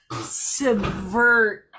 subvert